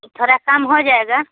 थोड़ा कम हो जाएगा